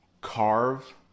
carve